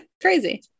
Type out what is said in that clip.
crazy